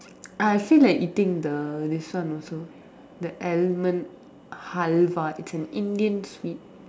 I feel like eating the this one also the almond Halwa it's an Indian sweet